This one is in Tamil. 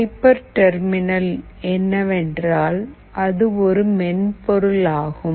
ஹைபர்டர்மினல் என்னவென்றால் அது ஒரு மென்பொருள் ஆகும்